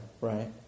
right